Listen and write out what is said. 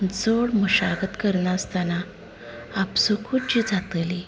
चड मशागत करनासतना आपसूकच जी जातली